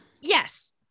Yes